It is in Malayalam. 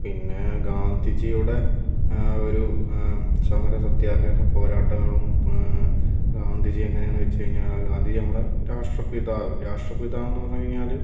പിന്നെ ഗാന്ധിജിയുടെ ഒരു സമര സത്യാഗ്രഹ പോരാട്ടങ്ങളും ഗാന്ധിജി എങ്ങനെയാന്ന് വെച്ച് കഴിഞ്ഞാൽ അത് നമ്മുടെ രാഷ്ട്രപിതാവ് രാഷ്ട്രപിതാവെന്നു പറഞ്ഞു കഴിഞ്ഞാൽ